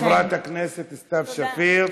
תודה לחברת הכנסת סתיו שפיר.